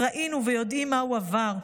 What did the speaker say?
ראינו ויודעים מה הוא עבר.